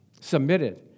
submitted